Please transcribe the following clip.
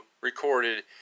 recorded